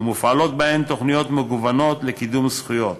ומופעלות בהן תוכניות מגוונות לקידום זכויות.